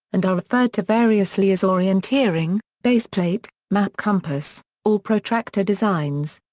and are referred to variously as orienteering, baseplate, map compass or protractor designs.